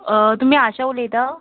तुमी आशा उलयता